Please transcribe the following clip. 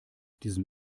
diesem